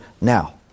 Now